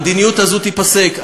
המדיניות הזו תיפסק.